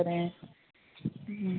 बरें